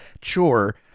chore